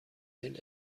این